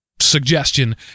suggestion